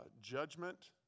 judgment